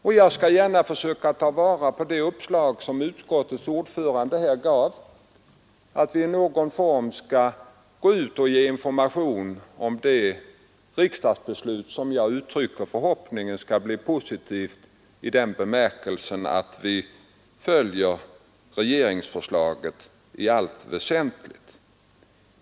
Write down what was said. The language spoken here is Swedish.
Själv skall jag gärna försöka ta vara på det uppslag som utskottets ordförande gav, att vi i någon form skall ge information om det riksdagsbeslut som jag uttrycker förhoppningen om skall bli positivt i den bemärkelsen att riksdagen följer regeringsförslaget i allt väsentligt.